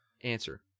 answer